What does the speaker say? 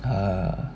err